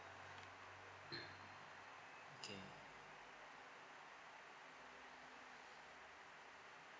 okay